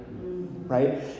right